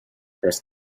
first